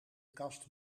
kast